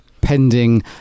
pending